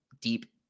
deep